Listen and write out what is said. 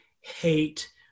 hate